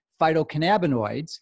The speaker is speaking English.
phytocannabinoids